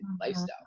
lifestyle